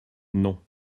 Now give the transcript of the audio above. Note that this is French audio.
non